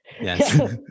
yes